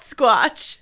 Squatch